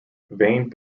vane